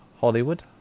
Hollywood